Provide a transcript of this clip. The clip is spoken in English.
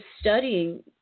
studying